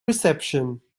reception